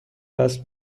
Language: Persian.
وصل